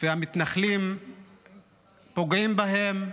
והמתנחלים פוגעים בהם,